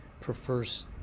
prefers